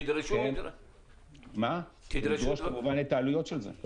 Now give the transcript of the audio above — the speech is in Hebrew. נדרוש כמובן את העלויות של זה.